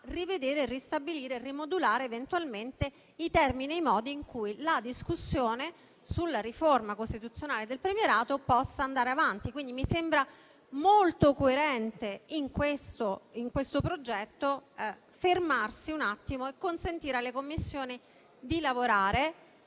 rivedere, ristabilire e rimodulare eventualmente i termini e i modi in cui la discussione sulla riforma costituzionale del premierato possa andare avanti. Mi sembra molto coerente, in questo progetto, fermarsi un attimo per consentire alle Commissioni di lavorare